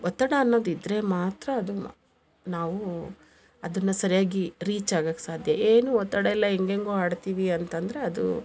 ಒತ್ತಡ ಅನ್ನೋದು ಇದ್ದರೆ ಮಾತ್ರ ಅದು ನಾವು ಅದನ್ನ ಸರಿಯಾಗಿ ರೀಚ್ ಆಗಕ್ಕೆ ಸಾಧ್ಯ ಏನು ಒತ್ತಡ ಇಲ್ಲ ಹೆಂಗೆಂಗೊ ಆಡ್ತೀವಿ ಅಂತಂದರೆ ಅದು